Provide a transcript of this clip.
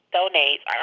donates